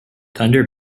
thunder